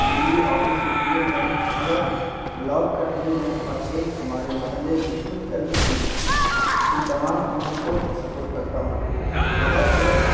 بجلی آفس کی ٹیم ہے اگر بلاک کا ٹیم ہے اور ایک ہمارے محلے کی خود کا بھی ٹیم ہے ان تمام ٹیموں کو سپورٹ کرتا ہوں مگر اگر